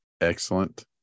Excellent